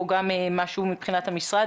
יואב מגנוס,